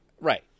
right